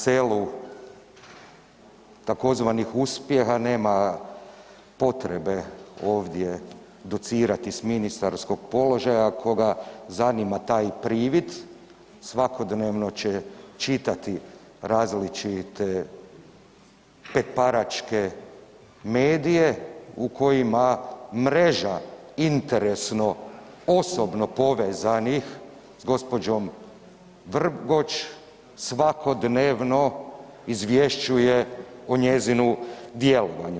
selu tzv. uspjeha nema potrebe ovdje docirati s ministarskog položaja, koga zanima taj privid svakodnevno će čitati različite petparačke medije u kojima mreža interesno osobno povezanih s gđom. Vrgoč svakodnevno izvješćuje o njezinu djelovanju.